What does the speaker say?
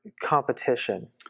competition